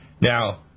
Now